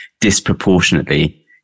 disproportionately